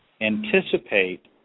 anticipate